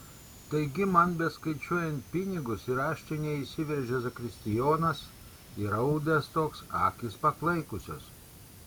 taigi man beskaičiuojant pinigus į raštinę įsiveržė zakristijonas įraudęs toks akys paklaikusios